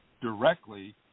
directly